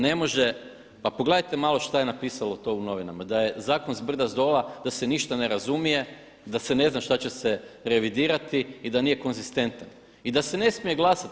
Ne može, pa pogledajte malo šta je napisalo to u novinama, da je zakon s brda, s dola, da se ništa ne razumije, da se ne zna šta će se revidirati i da nije konzistentan i da se ne smije glasati.